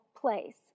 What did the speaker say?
place